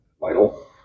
vital